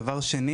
דבר שני